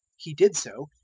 he did so,